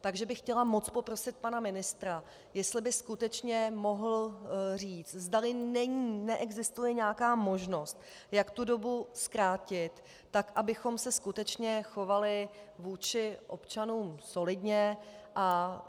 Takže bych chtěla moc poprosit pana ministra, jestli by skutečně mohl říct, zdali neexistuje nějaká možnost, jak tu dobu zkrátit tak, abychom se skutečně chovali vůči občanům solidně a